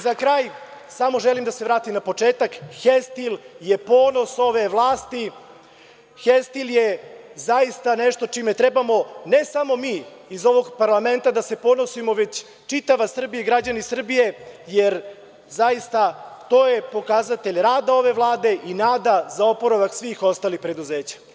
Za kraj samo želim da se vratim na početak, „Hestil“ je ponos ove vlasti,“Hestil“je zaista nešto čime trebamo ne samo mi iz ovog parlamenta da se ponosimo, već čitava Srbija i građani Srbije, jer zaista to je pokazatelj rada ove Vlade i nada za oporavak svih ostalih preduzeća.